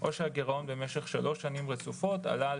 או שהגירעון במשך שלוש שנים רצופות עלה על